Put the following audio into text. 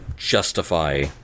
justify